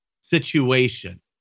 situation